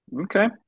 Okay